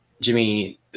Jimmy